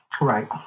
Right